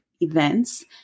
events